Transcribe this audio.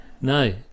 No